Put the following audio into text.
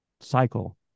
cycle